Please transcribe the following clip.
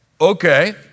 okay